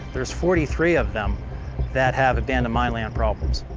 there's forty three of them that have abandoned mine land problems.